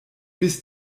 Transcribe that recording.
bis